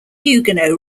huguenot